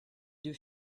deux